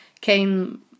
came